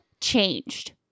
changed